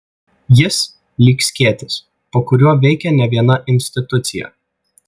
jis lyg skėtis po kuriuo veikia ne viena institucija